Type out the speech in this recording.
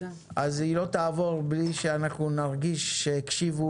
היא לא תעבור בלי שנרגיש שהקשיבו